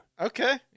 Okay